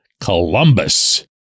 Columbus